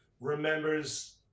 remembers